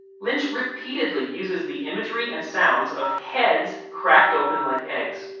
lynch repeatedly uses the imagery and sounds of heads cracked open like eggs,